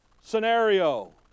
scenario